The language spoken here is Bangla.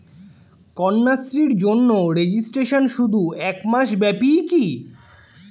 কন্যাশ্রীর জন্য রেজিস্ট্রেশন শুধু এক মাস ব্যাপীই কি?